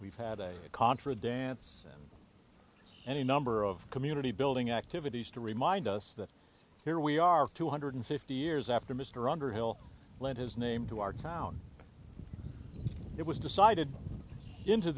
we've had a contra dance and any number of community building activities to remind us that here we are two hundred fifty years after mr underhill lent his name to our town it was decided